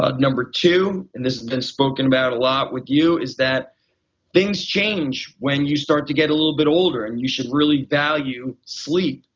ah number two and this been spoken about a lot with you is that things change when you start to get a little bit older and you should really value sleep.